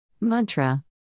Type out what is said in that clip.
mantra